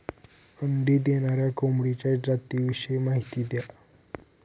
अंडी देणाऱ्या कोंबडीच्या जातिविषयी माहिती द्या